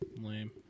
Lame